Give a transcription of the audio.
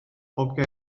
bob